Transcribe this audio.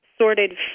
sorted